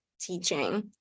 teaching